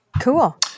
Cool